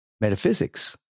metaphysics